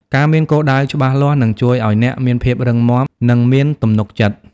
ការមានគោលដៅច្បាស់លាស់នឹងជួយឲ្យអ្នកមានភាពរឹងមាំ និងមានទំនុកចិត្ត ។